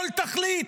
כל תכלית,